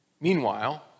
Meanwhile